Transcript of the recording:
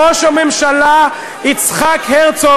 "ראש הממשלה יצחק הרצוג"